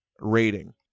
rating